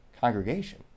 congregation